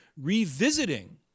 revisiting